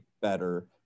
better